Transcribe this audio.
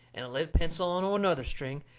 and a lead pencil onto another string,